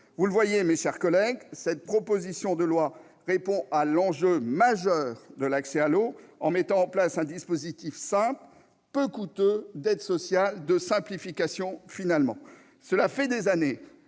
Vous le voyez, mes chers collègues, cette proposition de loi répond à l'enjeu majeur de l'accès à l'eau en mettant en place un dispositif simple et peu coûteux d'aide sociale. Voilà des années